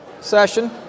session